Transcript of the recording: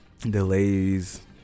Delays